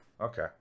Okay